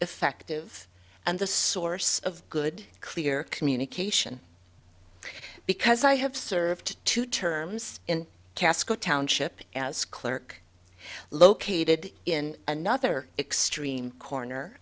effective and the source of good clear communication because i have served two terms in casco township as clerk located in another extreme coroner